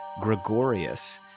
Gregorius